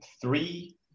three